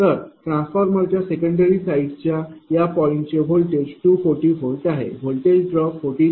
तर ट्रांसफार्मरच्या सेकंडरी साईडच्या या पॉईंट चे व्होल्टेज 240 V आहे व्होल्टेज ड्रॉप 14